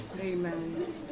Amen